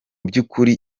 byukuri